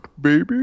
baby